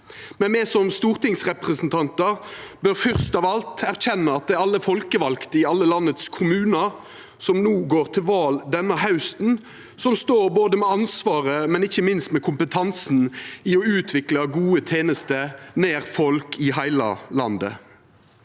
men me som stortingsrepresentantar bør fyrst av alt erkjenna at det er alle folkevalde i alle landets kommunar, som no og går til val denne hausten, som står både med ansvaret og ikkje minst med kompetansen til å utvikla gode tenester nær folk i heile landet.